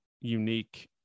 unique